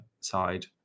side